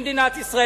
במדינת ישראל,